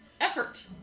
effort